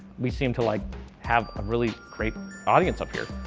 we seem to like have a really great audience up here.